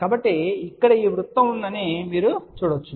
కాబట్టి ఇక్కడ ఈ వృత్తం ఉందని మీరు చూడవచ్చు